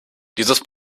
dieses